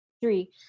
three